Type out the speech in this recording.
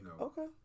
Okay